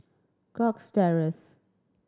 Cox Terrace